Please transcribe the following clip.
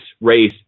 race